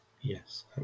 Yes